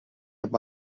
amb